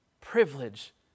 privilege